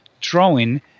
drawing